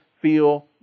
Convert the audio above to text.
feel